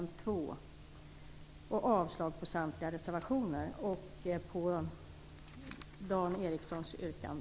Jag yrkar också avslag på samtliga reservationer och Dan Ericssons yrkande.